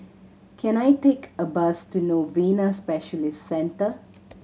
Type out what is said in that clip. can I take a bus to Novena Specialist Center